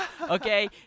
okay